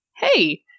hey